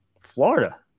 Florida